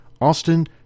Austin